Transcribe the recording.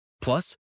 Plus